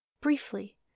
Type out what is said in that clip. Briefly